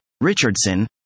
Richardson